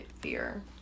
fear